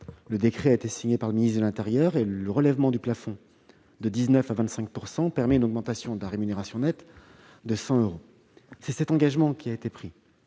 Le décret a été signé par le ministre de l'intérieur. Le relèvement du plafond de 19 % à 25 % permet une augmentation de la rémunération nette de 100 euros. Dans la discussion